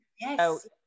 Yes